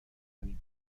کنیم